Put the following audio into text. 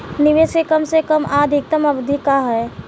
निवेश के कम से कम आ अधिकतम अवधि का है?